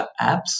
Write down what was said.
apps